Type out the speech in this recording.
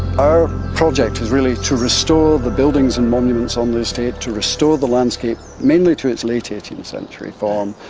our project is really to restore the buildings and monuments on the estate, to restore the landscape, mainly to its late eighteenth century form,